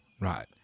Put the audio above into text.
Right